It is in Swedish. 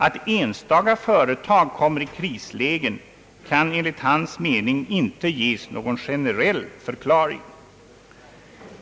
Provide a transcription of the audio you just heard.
Att enstaka företag kommer i krislägen kan enligt hans mening inte ges någon generell förklaring.